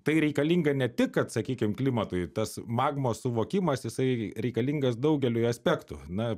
tai reikalinga ne tik kad sakykim klimatui tas magmos suvokimas jisai reikalingas daugeliui aspektų na